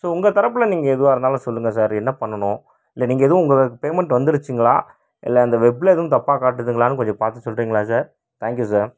so உங்கள் தரப்பில் நீங்கள் எதுவாக இருந்தாலும் சொல்லுங்கள் சார் என்ன பண்ணணும் இல்லை நீங்கள் எதுவும் உங்கள் பேமண்ட் வந்துடுச்சுங்களா இல்லை இந்த வெப்பில் எதுவும் தப்பாக காட்டுதுங்களானு கொஞ்சம் பார்த்து சொல்கிறிங்களா சார் தேங்க் யூ சார்